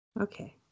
Okay